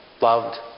loved